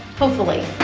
hopefully.